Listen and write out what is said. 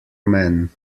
men